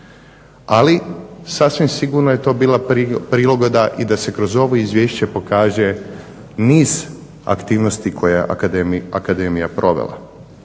Ali sasvim sigurno je to bila prigoda i da se kroz ovo Izvješće pokaže niz aktivnosti koje je Akademija provela.